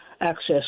access